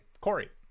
Corey